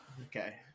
Okay